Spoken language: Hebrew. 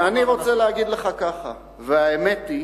ואני רוצה להגיד לך ככה, והאמת היא